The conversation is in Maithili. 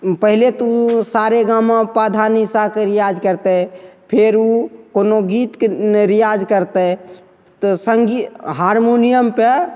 पहिले तऽ सा रे गा मा पा धा नी सा के रिआज करतै फेर ओ कोनो गीतके रिआज करतै तऽ सङ्गी हारमोनिअमपर